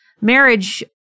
marriage –